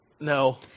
No